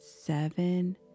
seven